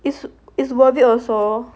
it's it's worth it also